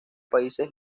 países